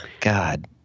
god